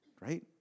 Right